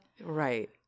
Right